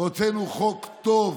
הוצאנו חוק טוב,